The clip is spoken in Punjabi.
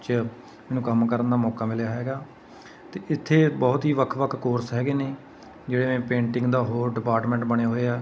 'ਚ ਮੈਨੂੰ ਕੰਮ ਕਰਨ ਦਾ ਮੌਕਾ ਮਿਲਿਆ ਹੈਗਾ ਅਤੇ ਇੱਥੇ ਬਹੁਤ ਹੀ ਵੱਖ ਵੱਖ ਕੋਰਸ ਹੈਗੇ ਨੇ ਜਿਵੇਂ ਪੇਂਟਿੰਗ ਦਾ ਹੋਰ ਡਿਪਾਰਟਮੈਂਟ ਬਣੇ ਹੋਏ ਆ